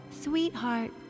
sweetheart